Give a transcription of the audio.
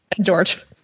George